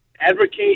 advocate